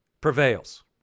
prevails